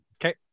okay